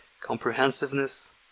comprehensiveness